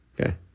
Okay